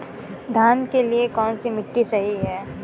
धान के लिए कौन सी मिट्टी सही है?